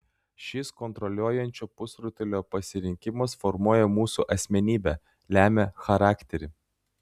šis kontroliuojančio pusrutulio pasirinkimas formuoja mūsų asmenybę lemia charakterį